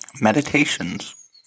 Meditations